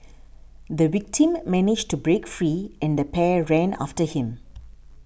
the victim managed to break free and the pair ran after him